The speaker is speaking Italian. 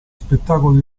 spettacoli